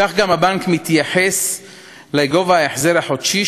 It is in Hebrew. כך גם הבנק מתייחס לגובה ההחזר החודשי,